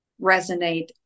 resonate